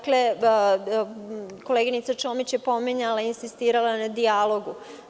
Koleginica Čomić je pominjala i insistirala na dijalogu.